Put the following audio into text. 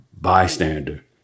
bystander